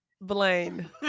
Blaine